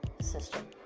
system